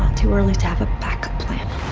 too early to have a backup plan.